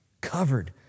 Covered